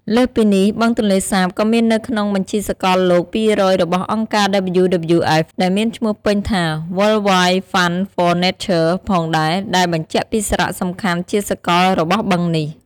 លើសពីនេះ បឹងទន្លេសាបក៏មាននៅក្នុង បញ្ជីសកលលោក ២០០ របស់អង្គការ WWF ដែលមានឈ្មោះពេញថា World Wide Fund for Nature ផងដែរ ដែលបញ្ជាក់ពីសារៈសំខាន់ជាសកលរបស់បឹងនេះ។